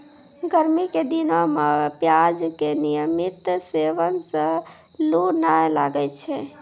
गर्मी के दिनों मॅ प्याज के नियमित सेवन सॅ लू नाय लागै छै